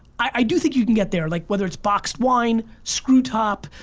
i do think you can get there, like whether it's boxed wine, screw top,